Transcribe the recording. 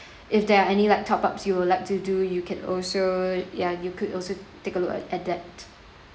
if there are any top ups you would like to do you can also ya you could also take a look at at that